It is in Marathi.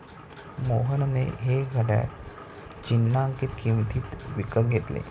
मोहनने हे घड्याळ चिन्हांकित किंमतीत विकत घेतले